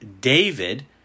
David